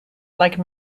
like